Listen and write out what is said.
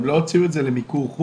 הם לא הוציאו את זה למיקור חוץ,